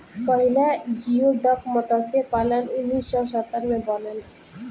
पहिला जियोडक मतस्य पालन उन्नीस सौ सत्तर में बनल